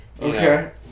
Okay